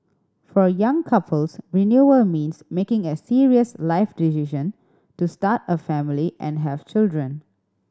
for young couples renewal means making a serious life decision to start a family and have children